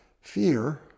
fear